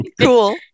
cool